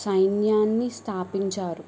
సైన్యాన్ని స్థాపించారు